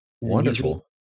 Wonderful